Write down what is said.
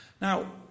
Now